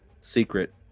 secret